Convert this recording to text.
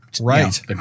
Right